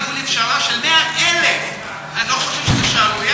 הגיעו לפשרה של 100,000. אתה לא חושב שזו שערורייה,